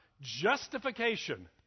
justification